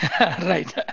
Right